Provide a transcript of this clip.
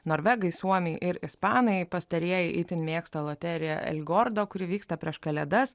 norvegai suomiai ir ispanai pastarieji itin mėgsta loteriją el gordo kuri vyksta prieš kalėdas